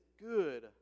good